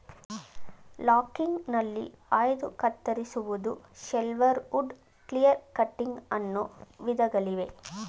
ಲಾಗಿಂಗ್ಗ್ನಲ್ಲಿ ಆಯ್ದು ಕತ್ತರಿಸುವುದು, shelterwood, clear cutting ಅನ್ನೋ ವಿಧಗಳಿವೆ